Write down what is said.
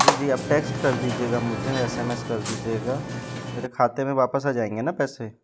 जी जी आप टेक्स्ट कर दीजियेगा मुझे एस एम एस कर दीजियेगा मेरे खाते में वापस आ जाएंगे ना पैसे